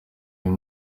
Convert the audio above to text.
uyu